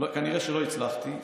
כנראה שלא הצלחתי.